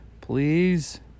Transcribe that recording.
Please